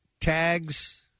tags